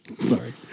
Sorry